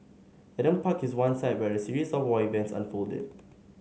Adam Park is one site where a series of war events unfolded